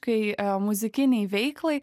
kai muzikinei veiklai